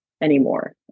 Anymore